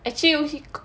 actually you